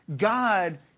God